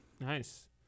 nice